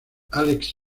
alex